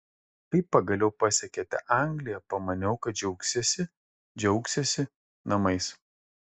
kai pagaliau pasiekėte angliją pamaniau kad džiaugsiesi džiaugsiesi namais